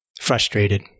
frustrated